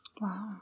Wow